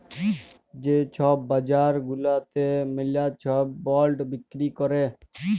যে ছব বাজার গুলাতে ম্যালা ছব বল্ড বিক্কিরি ক্যরে